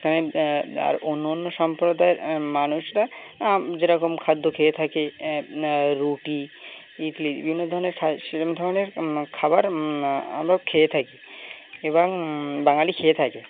কারানে আর অন্য অন্য সম্প্রদায়ের মানুষরা যেরকম খাদ্য খেয়ে থাকে রুটি ইডলি বিভিন্ন ধরনের সম ধরনের খাবার আমরা খেয়ে থাকি এবং বাঙালি খেয়ে থাকে